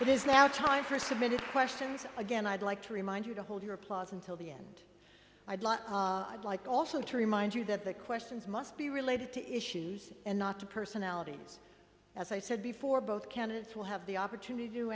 now time for submitting questions again i'd like to remind you to hold your applause until the end i'd like also to remind you that the questions must be related to issues and not to personalities as i said before both candidates will have the opportunity to